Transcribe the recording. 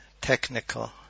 technical